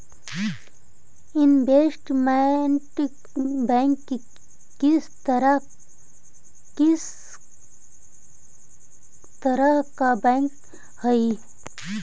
investment bank किस तरह का बैंक हई